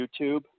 YouTube